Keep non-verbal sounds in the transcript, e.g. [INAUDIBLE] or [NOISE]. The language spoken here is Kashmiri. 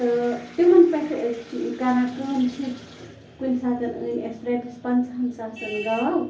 تہٕ تِمَن پٮ۪ٹھ چھِ أسۍ یہِ کَران کٲم [UNINTELLIGIBLE] کُنہِ ساتَن أنۍ اَسہِ رۄپیَس پَنٛژٕہَن ساسَن گاو